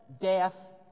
Death